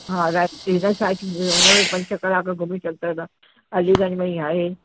हा sight seen में हुनमें बि पंज छह कलाक घुमी सघंदा आहियो तव्हां अलीगंज में ई आहे